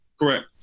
Correct